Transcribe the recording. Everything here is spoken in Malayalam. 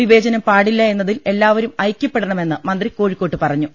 വിവേചനം പാടില്ല എന്നതിൽ എല്ലാവരും ഐക്യപ്പെടണമെന്ന് മന്ത്രി കോഴിക്കോട്ട് പറഞ്ഞു